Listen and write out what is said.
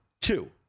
two